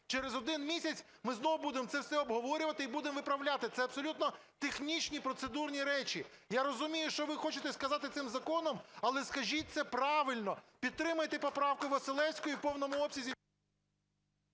Через один місяць ми знову будемо це все обговорювати і будемо виправляти, це абсолютно технічні, процедурні речі. Я розумію, що ви хочете сказати цим законом, але скажіть це правильно, підтримайте поправку Василевської в повному обсязі